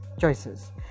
choices